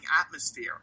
atmosphere